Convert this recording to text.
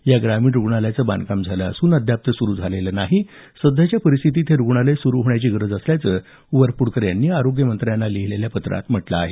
या ग्रामीण रुग्णालयाचं बांधकाम झालं असून अद्याप ते सुरु झालेलं नाही सध्याच्या परिस्थितीत हे रुग्णालय सुरु होण्याची गरज असल्याचं वरपुडकर यांनी आरोग्यमंत्र्यांना लिहीलेल्या पत्रात म्हटलं आहे